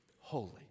holy